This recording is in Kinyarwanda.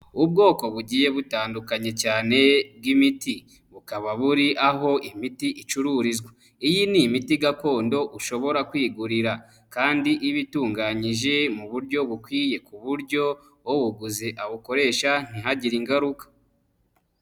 Ubwoko bugiye butandukanye cyane bw'imiti bukaba buri aho imiti icururizwa, iyi ni imiti gakondo ushobora kwigurira kandi iba itunganyije mu buryo bukwiye ku buryo uwuguze awukoresha ntagire ingaruka.